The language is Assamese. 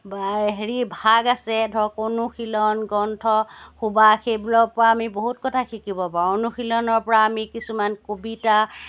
হেৰি ভাগ আছে ধৰক অনুশীলন গ্ৰন্থ সুবাস এইবোৰৰ পৰা আমি বহুত কথা শিকিব পাৰো অনুশীলনৰ পৰা আমি কিছুমান কবিতা